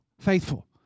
faithful